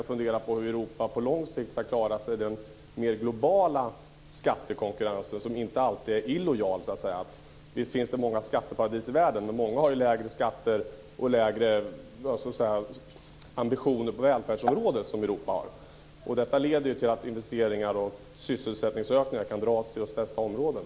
Funderade man på hur Europa på lång sikt ska klara sig i den globala skattekonkurrensen, som inte alltid är illojal? Visst finns det många skatteparadis i världen, men också på många andra håll har man lägre skatter och lägre ambitioner på välfärdsområdet än vad Europa har. Detta leder till att investeringar och sysselsättningsökningar kan dras till just dessa områden.